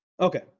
Okay